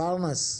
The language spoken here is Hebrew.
פרנס?